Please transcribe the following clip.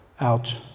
out